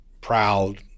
proud